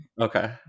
Okay